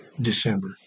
December